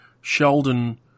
Sheldon